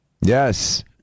Yes